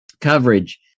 coverage